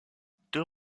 deux